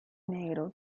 negro